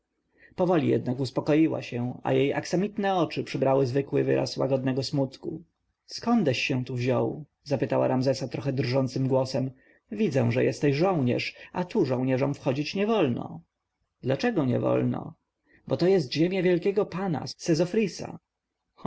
powoli jednak uspokoiła się a jej aksamitne oczy przybrały zwykły wyraz łagodnego smutku skądeś się tu wziął zapytała ramzesa trochę drżącym głosem widzę że jesteś żołnierz a tu żołnierzom wchodzić nie wolno dlaczego nie wolno bo to jest ziemia wielkiego pana